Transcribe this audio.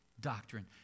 doctrine